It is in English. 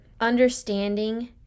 understanding